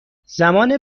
زمان